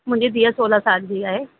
मुंहिंजी धीअ सोरहं साल जी आहे